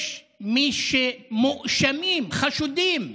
יש מי שמואשמים, חשודים,